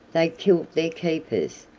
they killed their keepers,